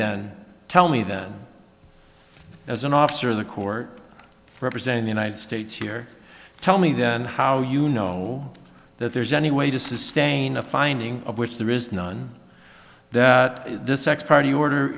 then tell me then as an officer of the court representing the united states here tell me then how you know that there's any way to sustain a finding of which there is none at this x party order